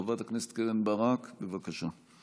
חברת הכנסת קרן ברק, בבקשה.